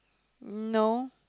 no